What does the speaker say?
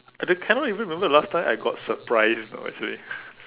as in cannot even remember the last time I got surprise you know actually